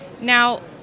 now